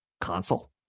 console